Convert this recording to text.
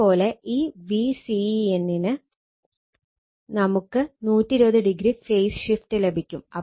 ഇതേ പോലെ ഈ Vcn ന് നമുക്ക് 120o ഫേസ് ഷിഫ്റ്റ് ലഭിക്കും